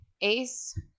Ace